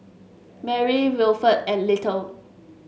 Merri Wilfred and Little